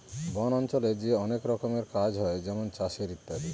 বন অঞ্চলে যে অনেক রকমের কাজ হয় যেমন চাষের ইত্যাদি